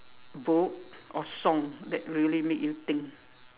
book or song that really make you think